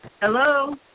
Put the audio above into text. Hello